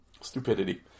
stupidity